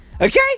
Okay